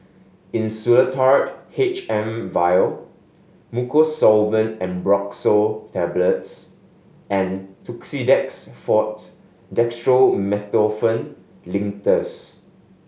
Insulatard H M Vial Mucosolvan Ambroxol Tablets and Tussidex Forte Dextromethorphan Linctus